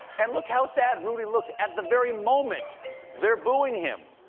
and look how sad ruddy looks at the very moment they're booing him.